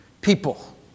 People